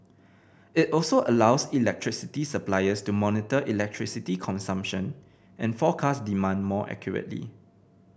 it also allows electricity suppliers to monitor electricity consumption and forecast demand more accurately